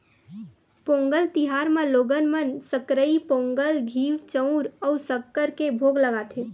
पोंगल तिहार म लोगन मन सकरई पोंगल, घींव, चउर अउ सक्कर के भोग लगाथे